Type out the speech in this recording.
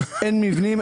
אין מבנים,